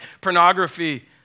pornography